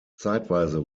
zeitweise